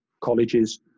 colleges